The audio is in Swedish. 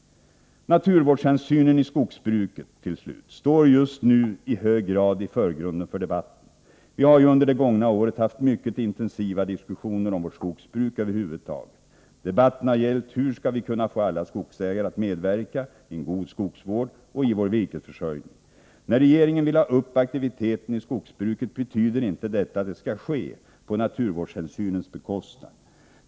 Naturvårdshänsynen i skogsbruket står just nu i hög grad i förgrunden för debatten. Vi har ju under det gångna året haft mycket intensiva diskussioner om vårt skogsbruk över huvud taget. Debatten har gällt hur vi skall kunna få alla skogsägare att medverka i en god skogsvård och i vår virkesförsörjning. När regeringen vill öka aktiviteten i skogsbruket, betyder inte detta att det skall ske på naturvårdshänsynens bekostnad.